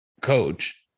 coach